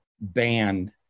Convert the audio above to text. banned